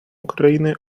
україни